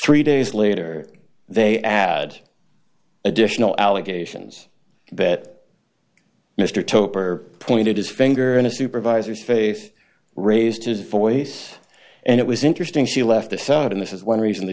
three days later they add additional allegations that mr toper pointed his finger in a supervisor's face raised his voice and it was interesting she left this out in this is one reason the